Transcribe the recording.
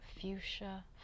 fuchsia